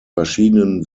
verschiedenen